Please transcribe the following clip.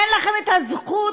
אין לכם את הזכות